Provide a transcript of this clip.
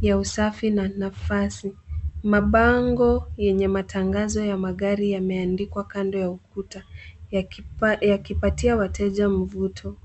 ya usafi na nafasi. Mabango yenye matangazo ya magari yameandikwa kando ya ukuta yakipatia wateja mvuto.